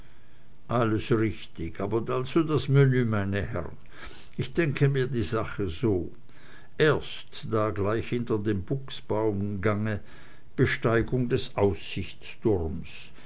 alles richtig also das menü meine herren ich denke mir die sache so erst da gleich hinter dem buchsbaumgange besteigung des